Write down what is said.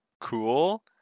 cool